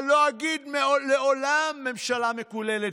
אבל לא אגיד לעולם "ממשלה מקוללת",